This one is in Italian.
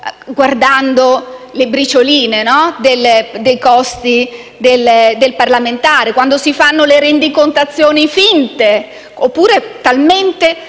guardando le bricioline dei costi del parlamentare o quando si fanno le rendicontazioni finte, oppure talmente